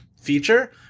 feature